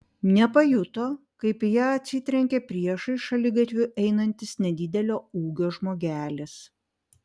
nepajuto kaip į ją atsitrenkė priešais šaligatviu einantis nedidelio ūgio žmogelis